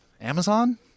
Amazon